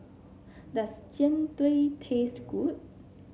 does Jian Dui taste good